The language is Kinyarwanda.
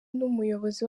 n’umuyobozi